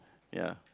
ya